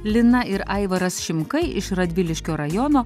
lina ir aivaras šimkai iš radviliškio rajono